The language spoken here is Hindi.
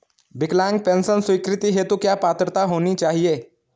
विकलांग पेंशन स्वीकृति हेतु क्या पात्रता होनी चाहिये?